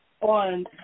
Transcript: on